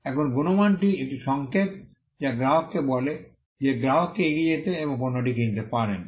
এখন গুণমানটি একটি সংকেত যা গ্রাহককে বলে যে গ্রাহক এগিয়ে যেতে এবং পণ্যটি কিনতে পারেন